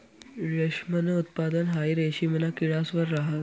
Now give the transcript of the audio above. रेशमनं उत्पादन हाई रेशिमना किडास वर रहास